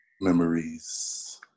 Memories